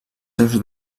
seus